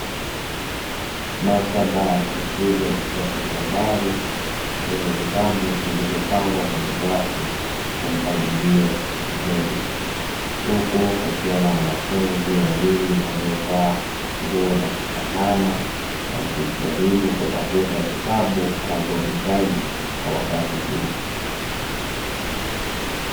Maktaba ya shule ya sekondari, yenye vitabu vilivyopangwa kwenye rafu kwa mpangilio mzuri, huku kukiwa na wanafunzi wawili waliovaa nguo za kufanana wakijaribu kutafuta vitabu wanavyovihitaji kwa wakati huo.